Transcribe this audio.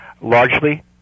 largely